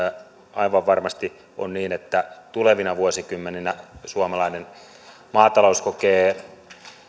aivan varmasti on niin että tulevina vuosikymmeninä suomalainen maatalous kokee